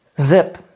Zip